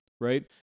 Right